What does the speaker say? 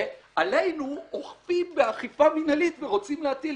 ועלינו אוכפים באכיפה מינהלית ורוצים להטיל